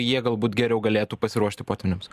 jie galbūt geriau galėtų pasiruošti potvyniams